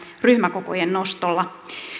ryhmäkokojen nostolla